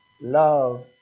love